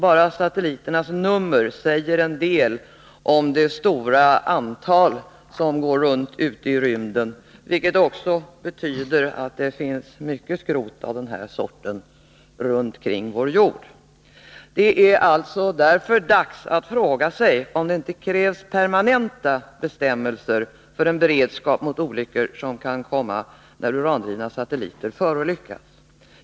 Bara satelliternas nummer säger ju en del om det stora antal satelliter som far runt ute i rymden. Det betyder att mycket skrot av den här sorten far runt vår jord. Det är alltså dags att fråga sig om det inte krävs permanenta bestämmelser för beredskap mot olyckor som kan hända när urandrivna satelliter förolyckas.